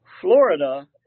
Florida